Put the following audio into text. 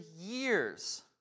years